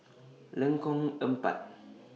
Lengkong Empat